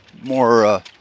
more